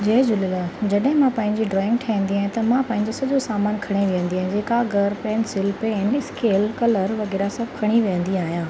जय झूलेलाल जॾहिं मां पंहिंजी ड्रॉइंग ठाहींदी आहियां त मां पंहिंजो सॼो सामान खणी विहंदी आहियां जीअं काॻरु पेंसिल पेन स्केल कलर वग़ैरह सभु खणी विहंदी आहियां